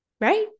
right